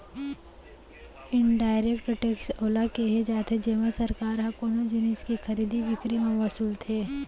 indirect tax ओला केहे जाथे जेमा सरकार ह कोनो जिनिस के खरीदी बिकरी म वसूलथे